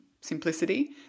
simplicity